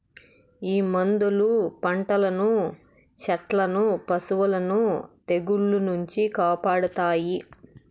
ఈ మందులు పంటలను సెట్లను పశులను తెగుళ్ల నుంచి కాపాడతాయి